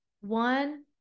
one